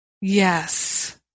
Yes